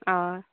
आं